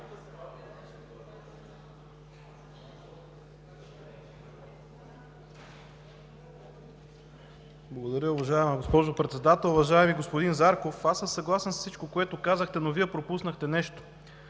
Благодаря, уважаема госпожо Председател. Уважаеми господин Зарков, аз съм съгласен с всичко, което казахте, но Вие пропуснахте нещо